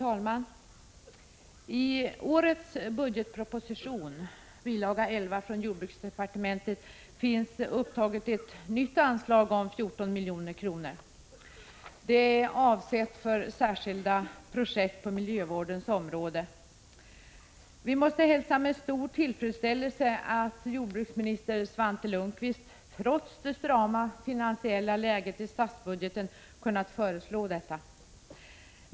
Fru talman! I årets budgetproposition, bil. 11, avseende jordbruksdepartementet, finns upptaget ett nytt anslag om 14 milj.kr. Det är avsett för ”Särskilda projekt på miljövårdens område”. Vi måste hälsa med stor tillfredsställelse att jordbruksminister Svante Lundkvist, trots det strama finansiella läget i statsbudgeten, kunnat föreslå detta.